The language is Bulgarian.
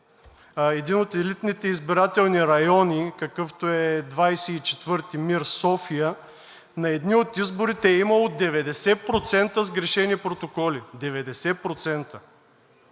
един от елитните избирателни райони, какъвто е 24 МИР – София, на едни от изборите е имало 90% сгрешени протоколи. 90%!